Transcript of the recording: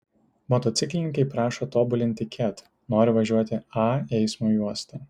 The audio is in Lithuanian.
motociklininkai prašo tobulinti ket nori važiuoti a eismo juosta